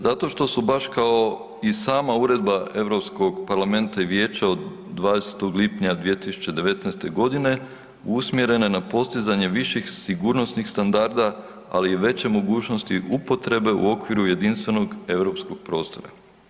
Zato što su baš kao i sama uredba Europskog parlamenta i Vijeća od 20. lipnja 2019.g. usmjerene na postizanje viših sigurnosnih standarda, ali i veće mogućnosti upotrebe u okviru jedinstvenog europskog prostora.